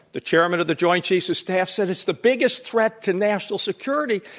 the chairman of the joint chiefs of staff said it's the biggest threat to national security.